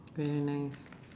very nice